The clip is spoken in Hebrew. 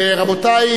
רבותי,